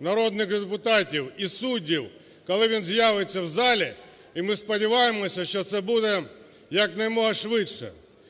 народних депутатів і суддів, коли він з'явиться в залі, і ми сподіваємося, що це буде якомога швидше.